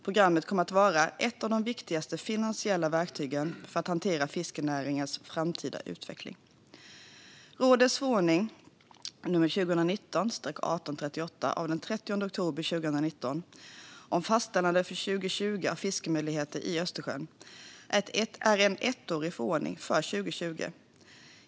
Programmet kommer att vara ett av de viktigaste finansiella verktygen för att hantera fiskerinäringens framtida utveckling. Rådets förordning nr 2019/1838 av den 30 oktober 2019 om fastställande för 2020 av fiskemöjligheter i Östersjön är en ettårig förordning för 2020.